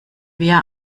wir